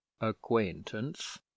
acquaintance